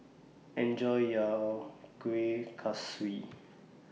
Enjoy your Kueh Kaswi